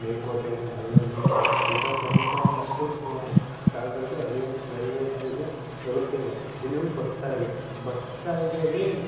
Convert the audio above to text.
ಮೇಲುಕೋಟೆ ಮಳವಲ್ಲಿ ಈ ಥರ ಪ್ರಮುಖ ಒಂದಷ್ಟು ಜಾಗಗಳಿಗೆ ರೈಲ್ವೆ ರೈಲ್ವೇ ಸಾರಿಗೆ ವ್ಯವಸ್ಥೆ ಇಲ್ಲ ಇನ್ನೂ ಬಸ್ ಸಾರಿಗೆ ಬಸ್ ಸಾರಿಗೆಯಲ್ಲಿ